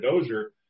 Dozier